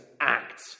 act